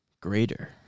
greater